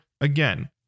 again